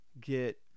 get